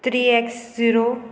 three X zero